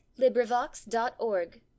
Librivox.org